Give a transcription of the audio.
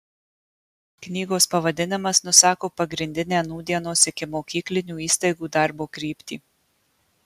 knygos pavadinimas nusako pagrindinę nūdienos ikimokyklinių įstaigų darbo kryptį